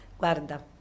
Guarda